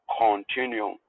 continue